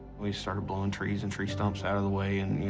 we started blowing trees and tree stumps out of the way and, you know,